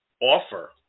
offer